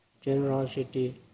generosity